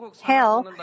Hell